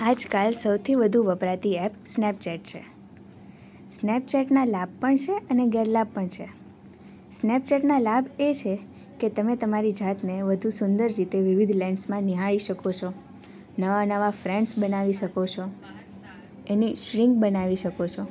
આજકાલ સૌથી વધુ વપરાતી એપ સ્નેપ ચેટ છે સ્નેપચેટના લાભ પણ છે અને ગેરલાભ પણ છે સ્નેપચેટના લાભ એ છે કે તમે તમારી જાતને વધુ સુંદર રીતે વિવિધ લેન્સમાં નિહાળી શકો છો નવા નવા ફ્રેન્ડ્સ બનાવી શકો છો એની સ્ટ્રીમ બનાવી શકો છો